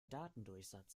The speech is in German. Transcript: datendurchsatz